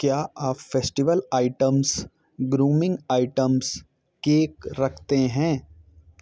क्या आप festival items grooming items cake रखते हैं